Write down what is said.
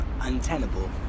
untenable